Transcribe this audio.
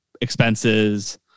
expenses